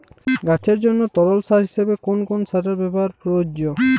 গাছের জন্য তরল সার হিসেবে কোন কোন সারের ব্যাবহার প্রযোজ্য?